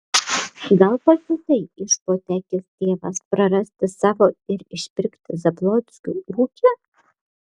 gal pasiutai išpūtė akis tėvas prarasti savo ir išpirkti zablockių ūkį